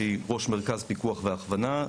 ראש מרכז פיקוח והכוונה,